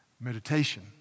meditation